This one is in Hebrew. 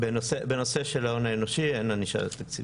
בנושא של ההון האנושי אין ענישה תקציבית.